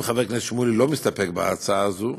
אם חבר הכנסת שמולי לא מסתפק בתשובה הזאת,